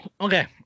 Okay